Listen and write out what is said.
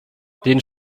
den